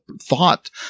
thought